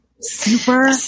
Super